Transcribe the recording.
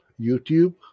YouTube